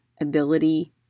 ability